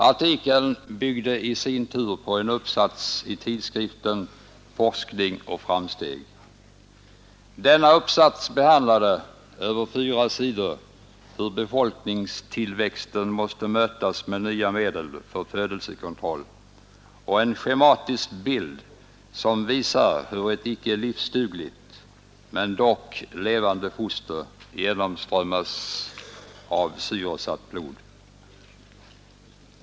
Artikeln byggde i sin tur på en uppsats i tidskriften Forskning och framsteg. Denna uppsats behandlade över fyra sidor hur befolkningstillväxten måste mötas med nya medel för födelsekontroll, och det fanns en schematisk bild som visar hur ett icke livsdugligt men dock levande foster genomströmmas av syresatt blod.